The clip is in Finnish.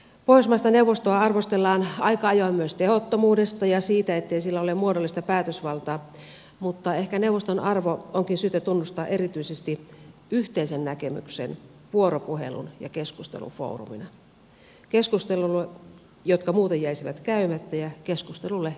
pohjoismaista neuvostoa arvostellaan aika ajoin myös tehottomuudesta ja siitä ettei sillä ole muodollista päätösvaltaa mutta ehkä neuvoston arvo onkin syytä tunnustaa erityisesti yhteisen näkemyksen vuoropuhelun ja keskustelun foorumina keskusteluille jotka muuten jäisivät käymättä ja keskustelulle yhteisistä asioista